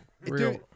real